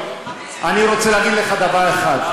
אני רוצה להגיד לך דבר אחד,